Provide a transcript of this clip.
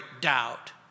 doubt